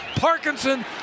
Parkinson